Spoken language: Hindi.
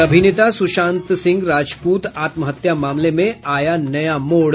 और अभिनेता सुशांत सिंह राजपूत आत्महत्या मामले में आया नया मोड़